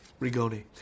Rigoni